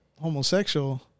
homosexual